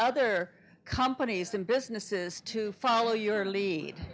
other companies and businesses to follow your lead